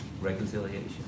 reconciliation